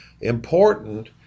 important